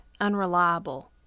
unreliable